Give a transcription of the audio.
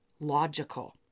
logical